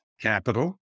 Capital